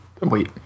Wait